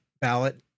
ballot